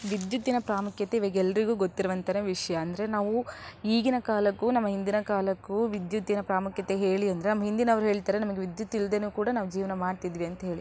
ವಿದ್ಯುತ್ತಿನ ಪ್ರಾಮುಖ್ಯತೆ ಇವಾಗ ಎಲ್ಲರಿಗೂ ಗೊತ್ತಿರುವಂತಹ ವಿಷಯ ಅಂದರೆ ನಾವು ಈಗಿನ ಕಾಲಕ್ಕೂ ನಮ್ಮ ಹಿಂದಿನ ಕಾಲಕ್ಕೂ ವಿದ್ಯುತ್ತಿನ ಪ್ರಾಮುಖ್ಯತೆ ಹೇಳಿ ಅಂದರೆ ನಮ್ಮ ಹಿಂದಿನವರು ಹೇಳ್ತಾರೆ ನಮಗೆ ವಿದ್ಯುತ್ ಇಲ್ದೆಯು ಕೂಡ ನಾವು ಜೀವನ ಮಾಡ್ತಿದ್ವಿ ಅಂತ್ಹೇಳಿ